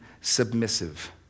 submissive